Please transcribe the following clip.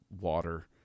water